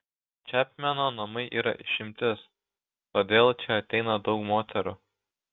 čepmeno namai yra išimtis todėl čia ateina daug moterų